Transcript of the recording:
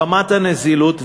רמת הנזילות ועוד,